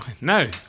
no